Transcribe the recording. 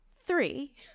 Three